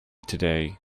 today